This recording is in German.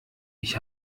ich